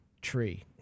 tree